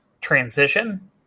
transition